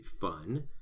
fun